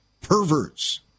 perverts